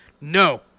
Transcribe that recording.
no